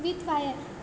with wire